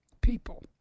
people